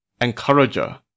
encourager